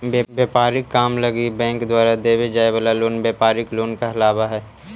व्यापारिक काम लगी बैंक द्वारा देवे जाए वाला लोन व्यापारिक लोन कहलावऽ हइ